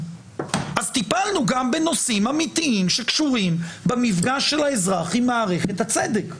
אז טיפלנו גם בנושאים אמיתיים שקשורים במפגש של האזרח עם מערכת הצדק,